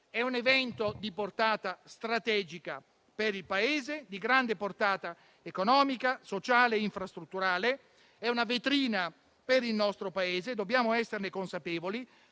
È un evento di portata strategica per il Paese, di grande portata economica, sociale e infrastrutturale. È una vetrina per il nostro Paese, e dobbiamo esserne consapevoli.